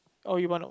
oh you one of them